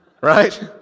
right